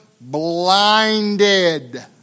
blinded